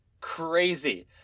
crazy